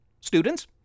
Students